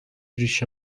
ریش